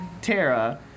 Tara